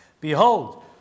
Behold